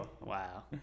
Wow